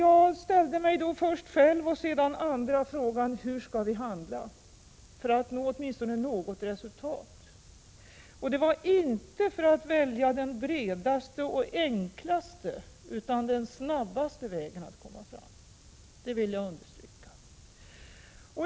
Jag ställde då först till mig själv och sedan till andra frågan hur vi skulle handla för att nå åtminstone något resultat. Jag vill understryka att det då inte handlade om den bredaste och enklaste vägen att komma fram till en lösning utan om den snabbaste.